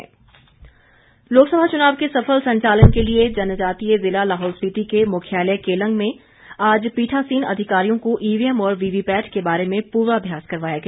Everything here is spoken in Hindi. पूर्वाभ्यास लोकसभा चुनाव के सफल संचालन के लिए जनजातीय जिला लाहौल स्पीति के मुख्यालय केलंग में आज पीठासीन अधिकारियों को ईवीएम और वीवीपैट के बारे में पूर्वाभ्यास करवाया गया